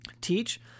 teach